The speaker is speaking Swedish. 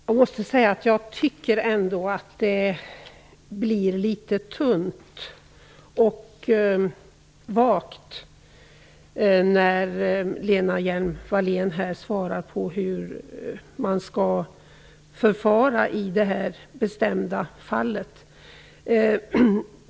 Fru talman! Jag tycker ändå att det blir litet tunt och vagt när Lena Hjelm-Wallén svarar på hur man skall förfara i det här speciella fallet.